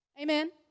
Amen